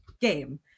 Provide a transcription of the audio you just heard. game